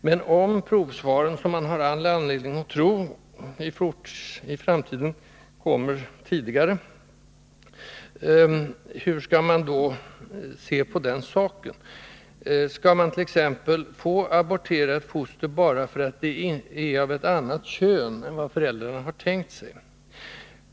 Men om laboratorieproven och deras resultat — och det har man all anledning att tro —i framtiden kommer tidigare, hur skall man då se på den saken? Skall man t.ex. få abortera ett foster bara för att det är av ett annat kön än vad föräldrarna tänkt sig?